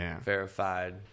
verified